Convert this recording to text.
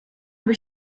habe